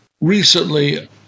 recently